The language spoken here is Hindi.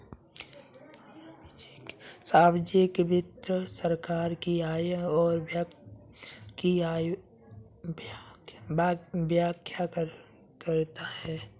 सार्वजिक वित्त सरकार की आय और व्यय की व्याख्या करता है